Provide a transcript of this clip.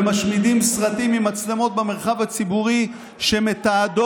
ומשמידים סרטים עם מצלמות במרחב הציבורי שמתעדות